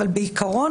אבל בעיקרון,